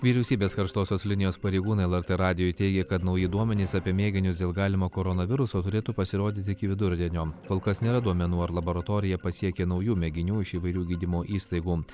vyriausybės karštosios linijos pareigūnai lrt radijui teigė kad nauji duomenys apie mėginius dėl galimo koronaviruso turėtų pasirodyti iki vidurdienio kol kas nėra duomenų ar laboratoriją pasiekė naujų mėginių iš įvairių gydymo įstaigų